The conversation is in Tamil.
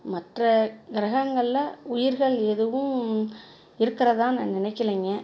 மற்ற கிரகங்களில் உயிர்கள் எதுவும் இருக்கிறதா நான் நினைக்கலைங்க